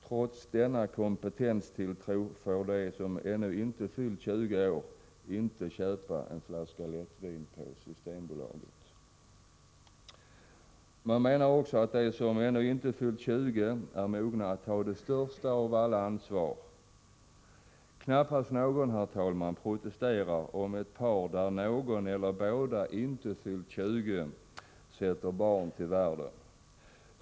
Trots denna kompetenstilltro får de som ännu inte fyllt 20 år inte köpa en flaska lättvin på Systembolaget. Man menar också att de som ännu inte fyllt 20 år är mogna att ta det största av alla ansvar. Knappast någon, herr talman, protesterar om ett par, där någon eller båda inte fyllt 20 år, sätter barn till världen.